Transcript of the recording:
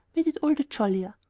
made it all the jollier.